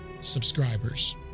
subscribers